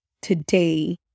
today